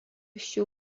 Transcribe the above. šių